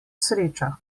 sreča